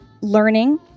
learning